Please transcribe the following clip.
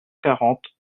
quarante